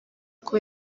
uko